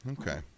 Okay